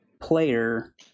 player